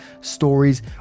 stories